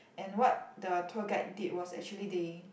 and what the tour guide did was actually they